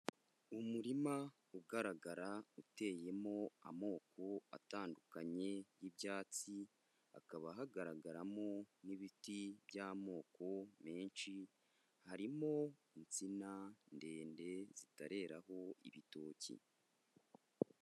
Umurima ugaragara uteyemo amoko atandukanye y'ibyatsi, hakaba hagaragaramo n'ibiti by'amoko menshi, harimo insina ndende zitareraho ibitoki.